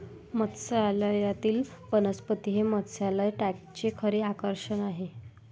मत्स्यालयातील वनस्पती हे मत्स्यालय टँकचे खरे आकर्षण आहे